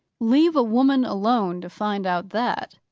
leave a woman alone to find out that,